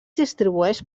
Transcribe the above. distribueix